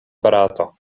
barato